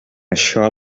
això